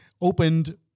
Opened